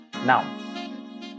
Now